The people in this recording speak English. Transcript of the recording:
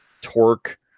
torque